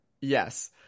Yes